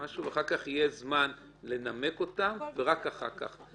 יהיה זמן לנמק אותן ורק אחר כך תנוח דעתך.